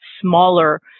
smaller